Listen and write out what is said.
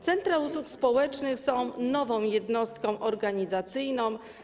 Centra usług społecznych są nową jednostką organizacyjną.